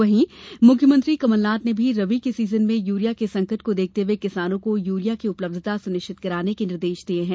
वहीं मुख्यमंत्री कमलनाथ ने रबी के सीजन में यूरिया के संकट को देखते हुये किसानों को यूरिया की उपलब्धता सुनिश्चित कराने के निर्देश दिये हैं